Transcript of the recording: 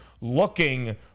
looking